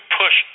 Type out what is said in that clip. push